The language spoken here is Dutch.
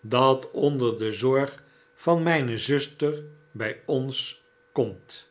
dat onder de zorg van myne zuster by ons komt